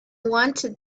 wanted